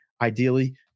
ideally